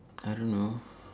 I don't know